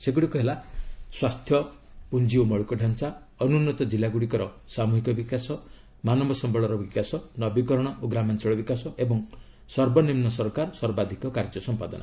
ସେଗୁଡ଼ିକ ହେଲା ସ୍ୱାସ୍ଥ୍ୟ ପୁଞ୍ଜି ଓ ମୌଳିକତାଞ୍ଚା ଅନୁନ୍ନତ କିଲ୍ଲାଗୁଡ଼ିକର ସାମ୍ରହିକ ବିକାଶ ମାନବ ସମ୍ଭଳର ବିକାଶ ନବୀକରଣ ଓ ଗ୍ରାମାଞ୍ଚଳ ବିକାଶ ଏବଂ ସର୍ବନିମ୍ନ ସରକାର ସର୍ବାଧିକ କାର୍ଯ୍ୟ ସମ୍ପାଦନା